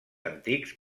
antics